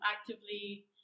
actively